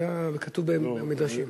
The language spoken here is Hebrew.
זה כתוב במדרשים.